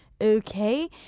okay